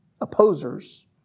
opposers